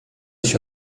się